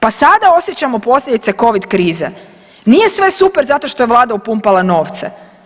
Pa sada osjećamo posljedice Covid krize, nije sve super zato što je Vlada upumpala novce.